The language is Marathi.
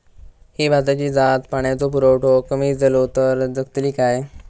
ही भाताची जात पाण्याचो पुरवठो कमी जलो तर जगतली काय?